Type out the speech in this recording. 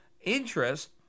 interest